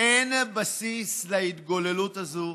אין בסיס להתגוללות הזאת,